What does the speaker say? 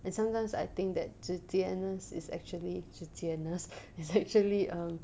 and sometimes I think that 直接 ness is actually 直接 ness is actually um